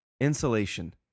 Insulation